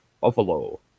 buffalo